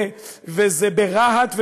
וזה ברהט,